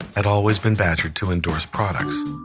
had always been badgered to endorse products.